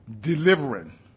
delivering